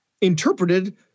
interpreted